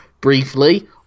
briefly